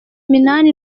minani